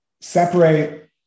separate